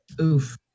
Oof